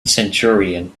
centurion